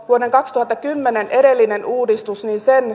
vuoden kaksituhattakymmenen edellisen uudistuksen